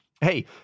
Hey